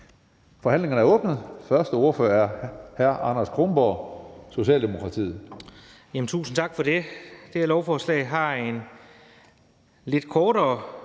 Forhandlingen er åbnet. Den første ordfører er hr. Anders Kronborg, Socialdemokratiet.